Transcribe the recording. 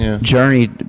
journey